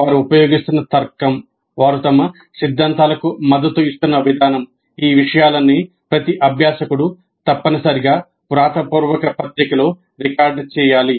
వారు ఉపయోగిస్తున్న తర్కం వారు తమ సిద్ధాంతాలకు మద్దతు ఇస్తున్న విధానం ఈ విషయాలన్నీ ప్రతి అభ్యాసకుడు తప్పనిసరిగా వ్రాతపూర్వక పత్రికలో రికార్డ్ చేయాలి